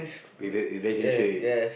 rela~ relationship